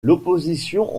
l’opposition